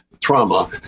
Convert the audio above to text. trauma